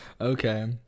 Okay